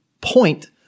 point